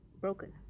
broken